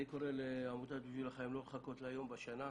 אני קורא לעמותת "בשביל החיים" לא לחכות ליום בשנה,